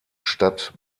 stadt